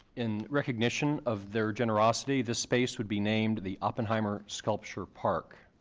in recognition of their generosity, this space would be named the oppenheimer sculpture park.